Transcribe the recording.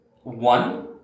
one